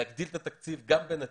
להגדיל את התקציב גם בנתיב,